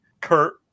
Kurt